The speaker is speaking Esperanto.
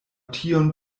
tion